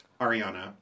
Ariana